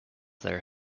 there